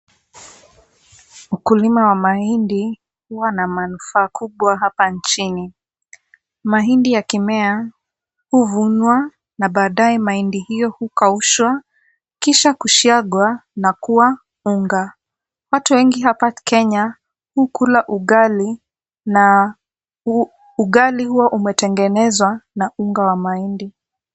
Mkulima wa mahindi huwa na manufaa kubwa hapa nchini. Mahindi yakimea huvunwa na baadaye mahindi hiyo hukaushwa kisha kusiagwa na kuwa unga. Watu wengi hapa Kenya hukula ugali na ugali huo umetengenezwa na unga wa mahindi.